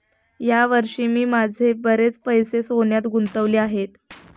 या वर्षी मी माझे बरेच पैसे सोन्यात गुंतवले आहेत